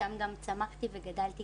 שם גם צמחתי וגדלתי